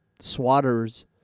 swatters